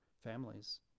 families